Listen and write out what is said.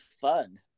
fun